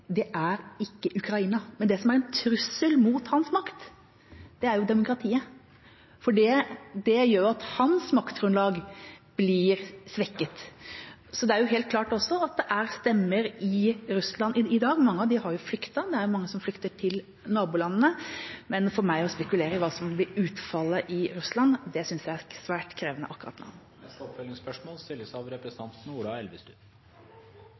Det er ikke Ukraina. Men det som er en trussel mot hans makt, er demokratiet, for det gjør at hans maktgrunnlag blir svekket. Det er også helt klart at det er stemmer i Russland i dag, men mange av dem har flyktet, det er mange som flykter til nabolandene. For meg å spekulere i hva som vil bli utfallet i Russland, synes jeg er svært krevende akkurat nå. Ola Elvestuen – til oppfølgingsspørsmål.